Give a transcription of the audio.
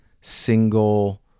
single